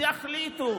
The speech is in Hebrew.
תחליטו.